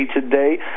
today